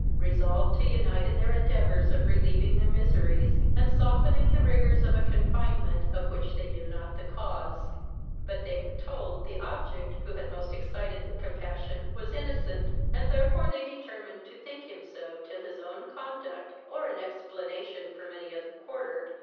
resolved to unite in their endeavours of relieving their miseries, and softening the rigours of a confinement, of which they knew not the cause but they were told, the object who had most excited their compassion was innocent, and therefore they determined to think him so till his own conduct, or an explanation from any other quarter,